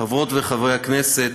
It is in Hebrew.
חברות וחברי הכנסת,